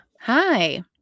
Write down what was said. hi